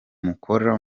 mukora